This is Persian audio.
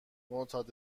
معتاد